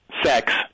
Sex